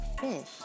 fish